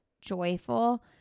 joyful